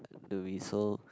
to be so